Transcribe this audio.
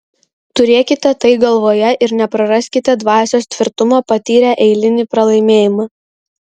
turėkite tai galvoje ir nepraraskite dvasios tvirtumo patyrę eilinį pralaimėjimą